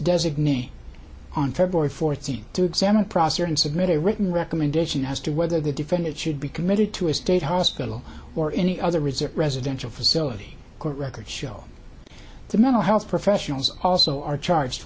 designee on february fourteenth to examine the process and submit a written recommendation as to whether the defendant should be committed to a state hospital or any other resort residential facility court records show the mental health professionals also are charged